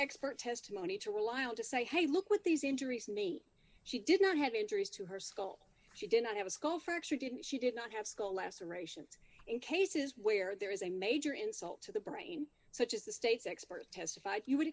expert testimony to rely on to say hey look with these injuries and me she did not have injuries to her skull she did not have a skull fracture didn't she did not have skull lacerations in cases where there is a major insult to the brain such as the state's expert testified you would